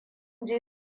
ji